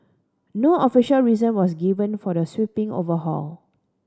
no official reason was given for the sweeping overhaul